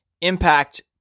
impact